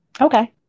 Okay